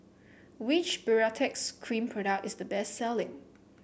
which Baritex Cream product is the best selling